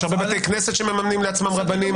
יש הרבה בתי כנסת שמממנים לעצמם רבנים.